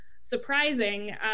surprising